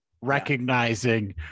Recognizing